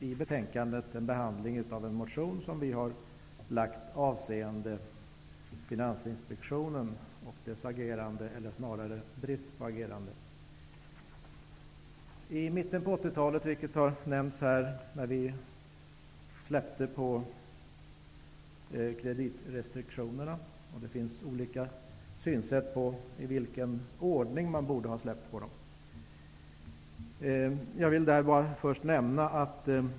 I betänkandet behandlas en motion, som vi har väckt avseende Finansinspektionens agerande -- eller snarare brist på agerande. I mitten på 1980 talet släppte man på kreditrestriktionerna. Det finns skilda uppfattningar om i vilken ordning man borde ha släppt på dem.